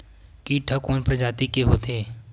कीट ह कोन प्रजाति के होथे?